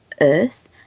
Earth